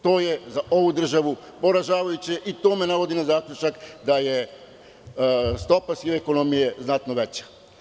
To je za ovu državu poražavajuće i to me navodi na zaključak da je stopa sive ekonomije znatno veća.